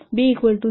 B B0